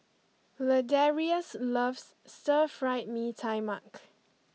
Ladarius loves Stir Fried Mee Tai Mak